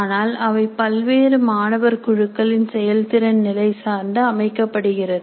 ஆனால் அவை பல்வேறு மாணவர் குழுக்களின் செயல்திறன் நிலை சார்ந்து அமைக்கப்படுகிறது